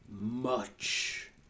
Much